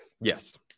Yes